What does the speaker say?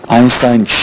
Einstein